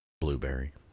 blueberry